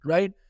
Right